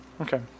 Okay